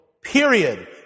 Period